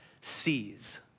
sees